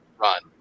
run